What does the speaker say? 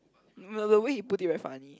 but the way you put it very funny